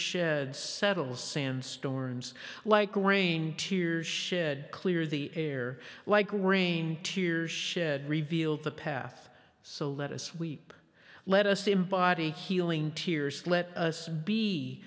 shed settles sand storms like rain tears shed clear the air like rain tears shed revealed the path so let us weep let us embody healing tears let us be